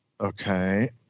Okay